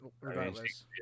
regardless